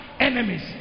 enemies